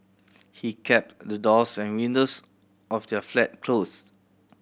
he kept the doors and windows of their flat closed